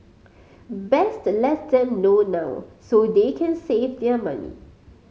best let them know now so they can save their money